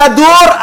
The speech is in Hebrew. כדור,